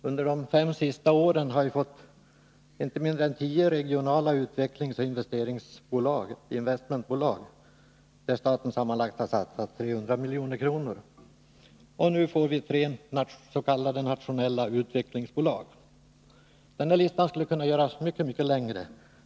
Under de fem senaste åren har vi fått inte mindre än tio regionala utvecklingsoch investmentbolag, där staten sammanlagt har satsat 300 milj.kr. Och nu får vi tre s.k. nationella utvecklingsbolag. Listan skulle kunna göras mycket längre.